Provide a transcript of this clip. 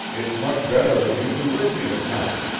it's much better of you to wish me to come,